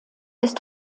ist